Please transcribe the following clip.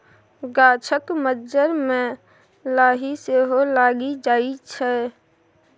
गाछक मज्जर मे लाही सेहो लागि जाइ छै